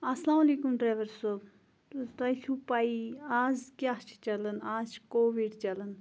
اسلام علیکُم ڈرایوَر صٲب تۄہہِ چھو پَیی آز کیاہ چھُ چَلان آز چھُ کووِڈ چَلان